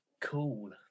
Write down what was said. cool